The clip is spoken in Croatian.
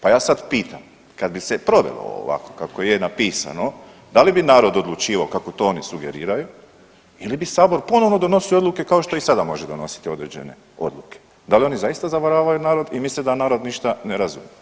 Pa ja sad pitam, kad bi se provelo ovo ovako kako je napisano da li bi narod odlučivao kako to oni sugeriraju ili bi sabor ponovo donosio odluke kao što i sada može donositi određene odluke, da li oni zaista zavaravaju narod i misle da narod ništa ne razumije.